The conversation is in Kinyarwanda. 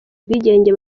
ubwigenge